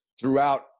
throughout